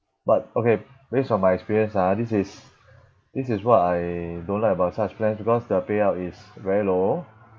but okay based on my experience ah this is this is what I don't like about such plans because their payout is very low